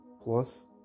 plus